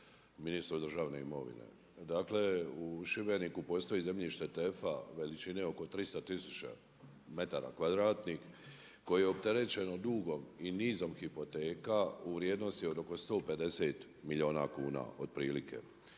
ministru državne imovine. Dakle, u Šibeniku postoji zemljište TEF-a veličine oko 300 tisuća metara kvadratnih koji je opterećenom dugom i nizom hipoteka u vrijednosti od oko 150 milijuna kuna otprilike.